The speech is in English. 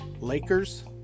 Lakers